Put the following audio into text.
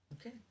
Okay